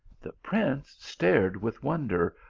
the prince stared with wonder,